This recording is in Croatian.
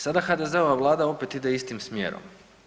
Sada HDZ-ova Vlada opet ide istim smjerom.